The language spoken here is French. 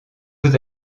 vous